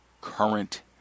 current